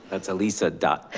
that's elisa dot.